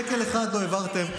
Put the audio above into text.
שקל אחד לא העברתם.